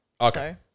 Okay